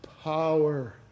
Power